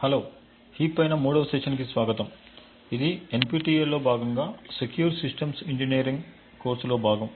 hello heap పైన మూడవ session కి స్వాగతం ఇది NPTEL లో భాగంగా సెక్యూర్ సిస్టమ్స్ ఇంజనీరింగ్ కోర్సులో భాగం